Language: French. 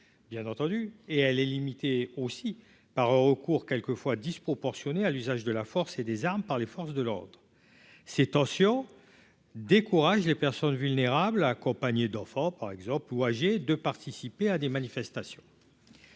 bien entendu et elle est limitée aussi par un recours quelquefois disproportionnée à l'usage de la force et des armes par les forces de l'ordre ces tensions décourage les personnes vulnérables accompagné d'enfants par exemple ou âgé de participer à des manifestations.